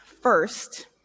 first